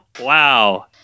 Wow